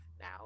now